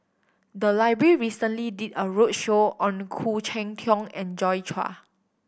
the library recently did a roadshow on Khoo Cheng Tiong and Joi Chua